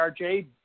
RJ